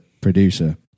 producer